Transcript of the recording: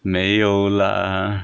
没有啦